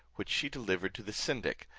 which she delivered to the syndic,